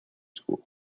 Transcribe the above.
school